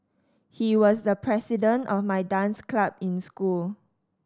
he was the president of my dance club in school